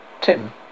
Tim